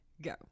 go